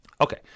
Okay